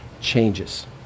changes